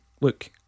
look